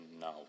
now